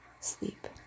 Sleep